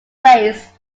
race